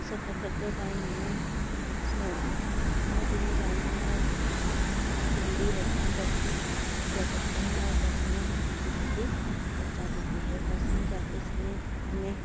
सफ़र करते टाइम हमें हमें कहीं जाना कर जल्दी है तो हम बस से जा सकते हैं और बस हमें जल्दी से जल्दी पहुँचा देती है बस में जाते समय हमें